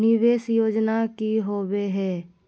निवेस योजना की होवे है?